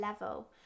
level